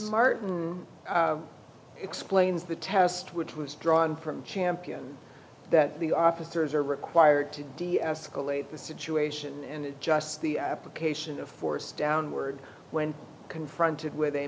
martin explains the test which was drawn from camp that the officers are required to deescalate the situation and just the application of force downward when confronted with a